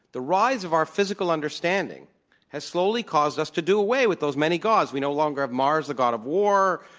the rise of our physical understanding has slowly caused us to do away with those many gods we no longer have mars, the god of war,